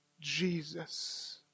Jesus